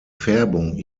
färbung